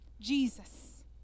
Jesus